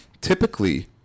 typically